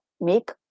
make